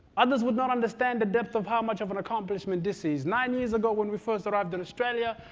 others would not understand the depth of how much of an accomplishment this is. nine years ago, when we first arrived in australia,